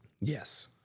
yes